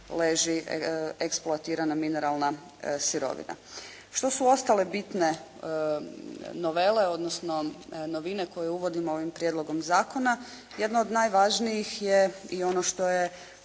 leži eksploatirana mineralna sirovina. Što su ostale bitne novele, odnosno novine koje uvodimo ovim prijedlogom zakona? Jedna od najvažnijih je i ono što je